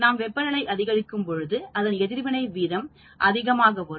நாம் வெப்பநிலை அதிகரிக்கும் பொழுது அதன் எதிர்வினை வீதம் அதிகமாக வரும்